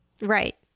Right